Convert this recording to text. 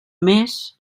més